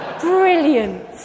brilliant